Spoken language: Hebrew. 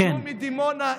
שהוא מדימונה,